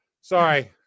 Sorry